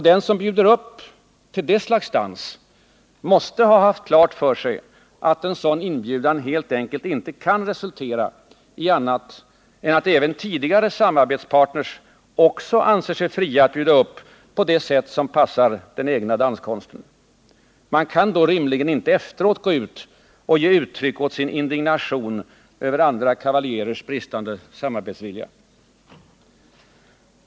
Den som bjuder upp till det slags dans måste ha haft klart för sig att en sådan inbjudan helt enkelt inte kan resultera i annat än att även tidigare samarbetspartners också anser sig fria att bjuda upp på det sätt som bäst passar den egna danskonsten. Man kan då inte rimligen efteråt gå ut och ge uttryck åt sin indignation över andra kavaljerers bristande samarbetsvilja.